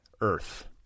earth